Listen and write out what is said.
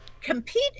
compete